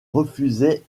refusaient